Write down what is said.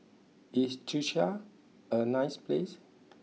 is Czechia a nice place